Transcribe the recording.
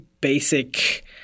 basic